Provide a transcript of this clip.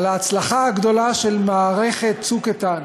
על ההצלחה הגדולה של מערכת "צוק איתן".